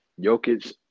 jokic